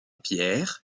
pierre